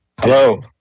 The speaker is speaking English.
Hello